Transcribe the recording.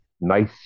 nice